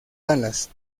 dallas